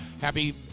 Happy